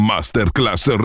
Masterclass